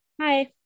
hi